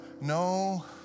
No